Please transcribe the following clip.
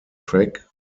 track